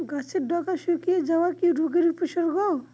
গাছের ডগা শুকিয়ে যাওয়া কি রোগের উপসর্গ?